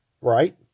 Right